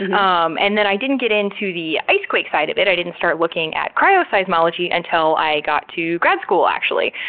and um and then i didn't get into the ice quake side of it, i didn't start looking at cryoseismology until i got to grad school, actually.